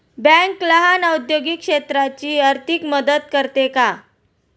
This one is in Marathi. बँक लहान औद्योगिक क्षेत्राची आर्थिक मदत करते का?